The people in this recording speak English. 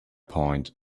point